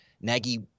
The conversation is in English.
Nagy